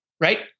Right